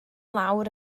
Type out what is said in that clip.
lawr